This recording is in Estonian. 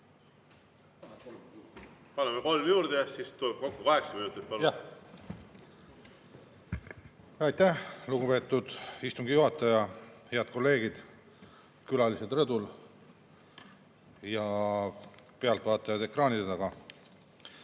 Paneme kolm juurde, siis tuleb kokku kaheksa minutit, palun! Aitäh, lugupeetud istungi juhataja! Head kolleegid, külalised rõdul ja [inimesed] ekraanide taga,